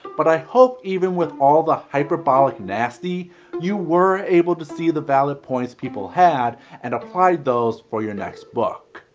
but i hope even with all the hyperbolic nasty you were able to see the valid points people had and applied those for your next book.